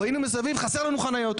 ראינו מסביב חסר לנו חניות.